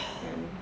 kan